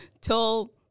Till